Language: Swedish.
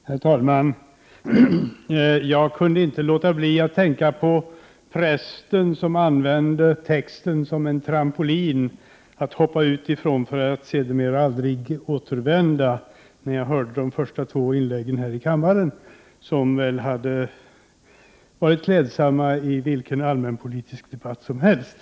Herr talman! Jag kunde inte låta bli att tänka på prästen som använde texten som en trampolin att hoppa ut ifrån för att sedan aldrig återvända, när jag hörde de två första inläggen här i kammaren, som väl hade varit klädsamma i vilken allmänpolitisk debatt som helst.